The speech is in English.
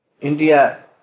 India